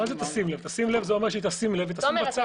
תשים לב זה אומר שהיא תשים לב ותשים בצד.